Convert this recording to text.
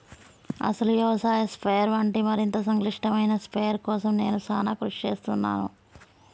అసలు యవసాయ స్ప్రయెర్ వంటి మరింత సంక్లిష్టమైన స్ప్రయెర్ కోసం నేను సానా కృషి సేస్తున్నాను